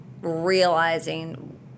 realizing